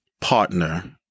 partner